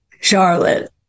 Charlotte